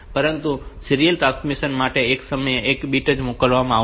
પરંતુ serial transmission માટે એક સમયે એક બિટ્સ જ મોકલવામાં આવશે